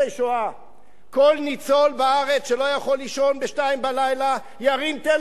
כל ניצול בארץ שלא יכול לישון ב-02:00 ירים טלפון למוקד העירוני,